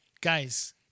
Guys